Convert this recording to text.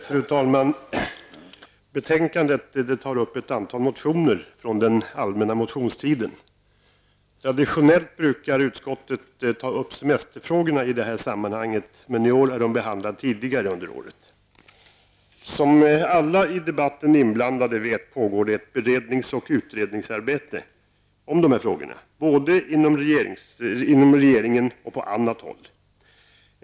Fru talman! I betänkandet tas det upp ett antal motioner från den allmänna motionstiden. Traditionellt brukar utskottet ta upp semesterfrågorna i deta sammanhang, men den här gången har de behandlats tidigare under året. Som alla i debatten inblandade vet pågår det ett berednings och utredningsarbete i de här frågorna, både inom regeringen och på annat håll.